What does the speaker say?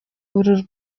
uru